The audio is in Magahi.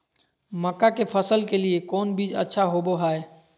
मक्का के फसल के लिए कौन बीज अच्छा होबो हाय?